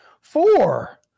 Four